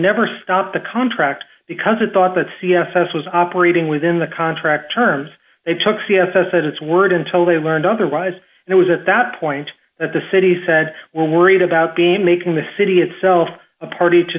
never stopped the contract because it thought that c f s was operating within the contract terms they took c f s at its word until they learned otherwise and it was at that point that the city said we're worried about being making the city itself a party to